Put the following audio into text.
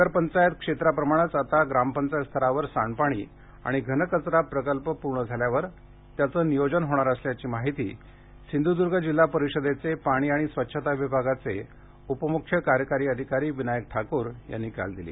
नगर पंचायत क्षेत्राप्रमाणेच आता ग्रामपंचायत स्तरावर सांडपाणी आणि घनकचरा प्रकल्प पूर्ण झाल्यावर सांडपाणी आणि घनकचऱ्याचे नियोजन होणार असल्याची माहिती सिंध्दर्ग जिल्हा परिषदेचे पाणी आणि स्वच्छता विभागाचे उपम्ख्य कार्यकारी अधिकारी विनायक ठाकूर यांनी काल दिली